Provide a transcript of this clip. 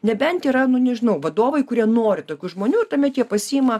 nebent yra nu nežinau vadovai kurie nori tokių žmonių tuomet jie pasiima